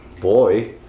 boy